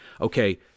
okay